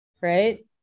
Right